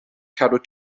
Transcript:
cadw